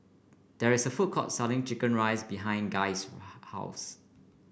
there is a food court selling chicken rice behind Guy's house